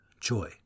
Joy